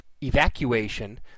evacuation